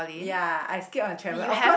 ya I skip on trampo~ of course